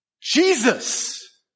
Jesus